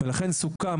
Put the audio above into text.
ולכן סוכם,